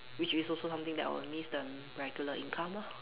which is also something that I will miss the regular income lor